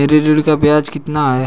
मेरे ऋण का ब्याज कितना है?